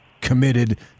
committed